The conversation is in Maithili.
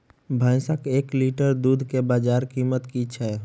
भैंसक एक लीटर दुध केँ बजार कीमत की छै?